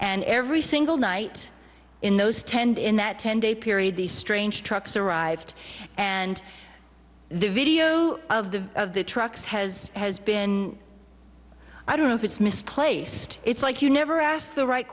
and every single night in those tend in that ten day period these strange trucks arrived and the video of the of the trucks has has been i don't know if it's misplaced it's like you never asked the right